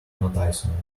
noticeable